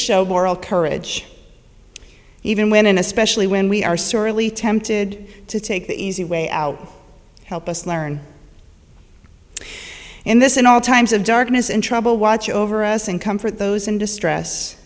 show moral courage even when and especially when we are sorely tempted to take the easy way out help us learn in this in all times of darkness in trouble watch over us and comfort those in distress